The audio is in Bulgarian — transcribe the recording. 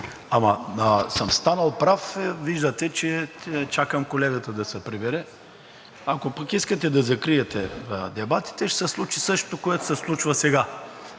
Ама съм станал прав – виждате, че чакам колегата да се прибере. Ако пък искате да закриете дебатите, ще се случи същото, което се случва сега